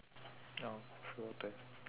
oh will take